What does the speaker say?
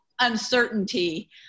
Uncertainty